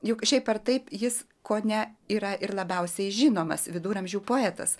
juk šiaip ar taip jis kone yra ir labiausiai žinomas viduramžių poetas